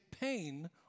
pain